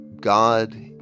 God